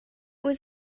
was